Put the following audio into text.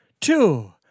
two